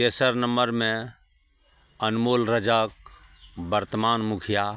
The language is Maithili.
तेसर नम्मरमे अनमोल रजक बर्तमान मुखिआ